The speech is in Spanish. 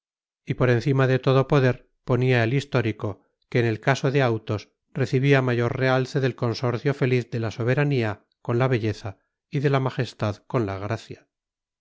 y por encima de todo poder ponía el histórico que en el caso de autos recibía mayor realce del consorcio feliz de la soberanía con la belleza y de la majestad con la gracia